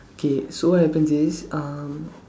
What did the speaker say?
okay so what happen is um